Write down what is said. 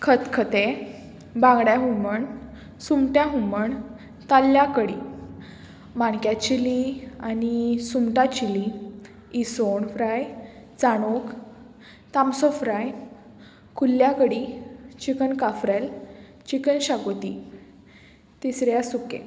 खतखतें बांगड्या हुमण सुंगटां हुमण ताल्ल्या कडी माणक्या चिली आनी सुंगटां चिली इसोण फ्राय जाणूक तांबसो फ्राय कुल्ल्या कडी चिकन काफ्रॅल चिकन शाकोती तिसऱ्या सुकें